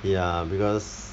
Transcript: ya because